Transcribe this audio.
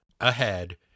ahead